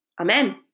Amen